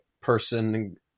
person